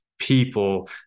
people